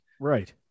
Right